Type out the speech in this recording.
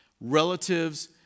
relatives